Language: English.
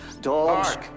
dogs